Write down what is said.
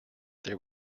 there